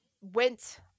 went